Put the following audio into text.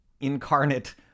incarnate